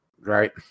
right